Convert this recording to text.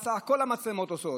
הכול המצלמות עושות,